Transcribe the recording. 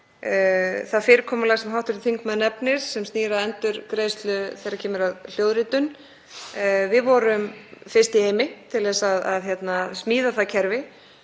Það fyrirkomulag sem hv. þingmaður nefnir sem snýr að endurgreiðslu þegar kemur að hljóðritun, við vorum fyrst í heimi til að smíða það kerfi.